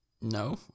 no